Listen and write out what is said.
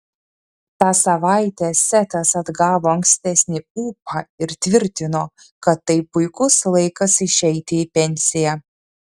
tą savaitę setas atgavo ankstesnį ūpą ir tvirtino kad tai puikus laikas išeiti į pensiją